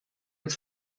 its